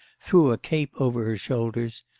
threw a cape over her shoulders,